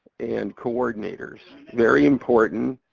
and coordinators, very important.